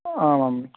आमाम्